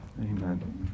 Amen